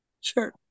Sure